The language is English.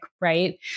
right